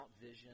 vision